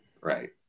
right